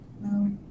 no